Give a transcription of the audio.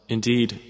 Indeed